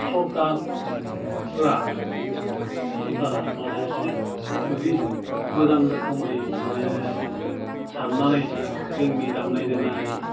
सरकारफ्रा सरकारा माने एसे जुदि मोजां रोखोमै माने सान्नानै जोंनि दामनाय देनाय